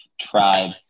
tribe